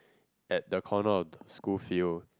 at the corner of the school field